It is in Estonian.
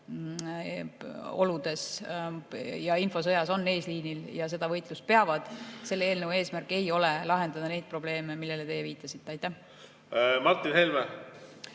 Martin Helme.